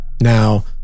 Now